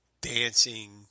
dancing